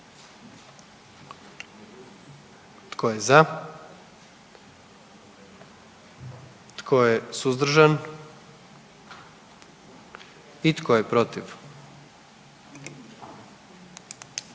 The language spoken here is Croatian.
Tko je za? Tko je suzdržan? Tko je protiv?